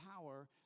power